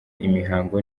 imihango